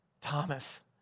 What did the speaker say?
Thomas